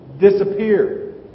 disappear